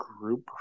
group